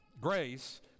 grace